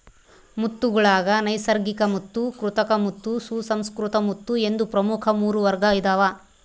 ಮುತ್ತುಗುಳಾಗ ನೈಸರ್ಗಿಕಮುತ್ತು ಕೃತಕಮುತ್ತು ಸುಸಂಸ್ಕೃತ ಮುತ್ತು ಎಂದು ಪ್ರಮುಖ ಮೂರು ವರ್ಗ ಇದಾವ